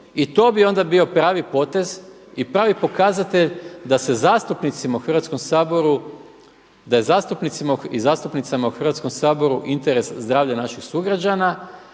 zastupnicima u Hrvatskom saboru, da je zastupnicima i zastupnicama u Hrvatskom saboru interes zdravlje naših sugrađana